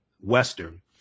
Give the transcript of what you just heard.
Western